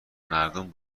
مردم